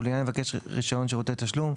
ולעניין מבקש רישיון שירותי תשלום,